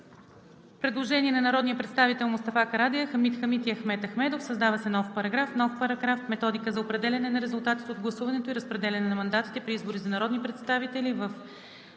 Предложение на народните представители Мустафа Карадайъ, Хамид Хамид и Ахмед Ахмедов: „Създава се нов §..:„§… В Методика за определяне на резултатите от гласуването и разпределяне на мандатите при избори за народни представители,